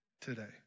today